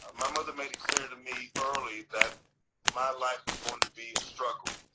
ah my mother made it clear to me early that my life was going to be a struggle.